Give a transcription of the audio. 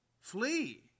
flee